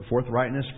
forthrightness